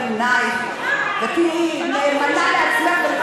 טלי קורה מבין עינייך ותהיי נאמנה לעצמך.